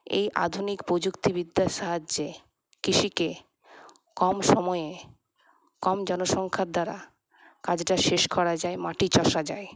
এই আধুনিক প্রযুক্তিবিদ্যার সাহায্যে কৃষিকে কম সময়ে কম জনসংখ্যার দ্বারা কাজটা শেষ করা যায় মাটি চষা যায়